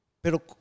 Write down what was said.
Pero